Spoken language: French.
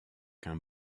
qu’un